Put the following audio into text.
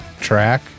track